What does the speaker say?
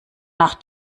nach